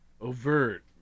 overt